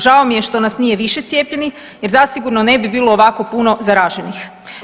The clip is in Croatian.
Žao mi je što nas nije više cijepljenih jer zasigurno ne bi bilo ovako puno zaraženih.